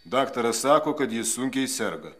daktaras sako kad jis sunkiai serga